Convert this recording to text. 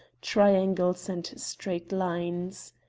triangles, and straight lines.